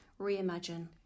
reimagine